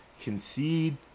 concede